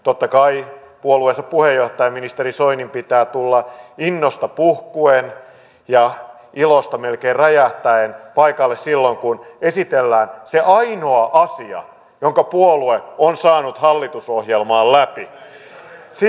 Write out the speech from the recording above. totta kai puolueensa puheenjohtajan ministeri soinin pitää tulla innosta puhkuen ja ilosta melkein räjähtäen paikalle silloin kun esitellään se ainoa asia jonka puolue on saanut hallitusohjelmaan läpi